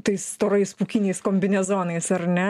tais storais pūkiniais kombinezonais ar ne